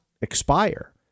expire